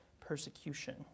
persecution